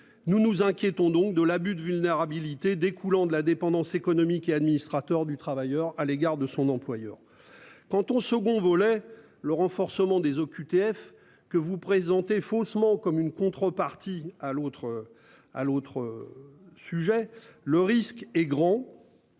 Nous nous inquiétons donc de l'abus de vulnérabilité découlant de la dépendance économique et administrateur du travailleur à l'égard de son employeur. Quant au second volet, le renforcement des OQTF que vous présentez faussement comme une contrepartie à l'autre à l'autre. Sujet, le risque est grand.